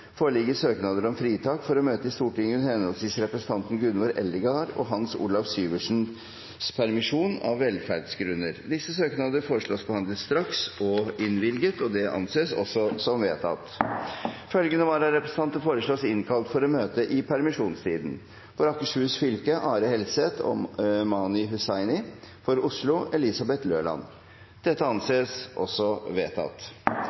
foreligger søknader om fritak for å møte i Stortinget under henholdsvis representantene Gunvor Eldegard og Hans Olav Syversens permisjon, av velferdsgrunner. Etter forslag fra presidenten ble enstemmig besluttet: Søknadene behandles straks og innvilges. Følgende vararepresentanter innkalles for å møte i permisjonstiden: For Akershus fylke: Are Helseth og Mani HussainiFor Oslo: Elisabeth Løland